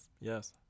Yes